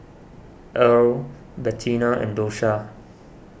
Earle Bettina and Dosha